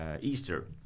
Easter